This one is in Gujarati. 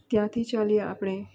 ત્યાંથી ચાલીએ આપણે